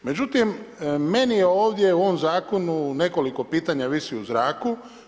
Međutim, meni je ovdje u ovom zakonu nekoliko pitanja visi u zraku.